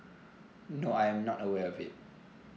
no I'm not aware of it